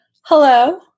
Hello